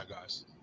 guys